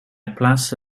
plaatste